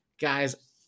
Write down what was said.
Guys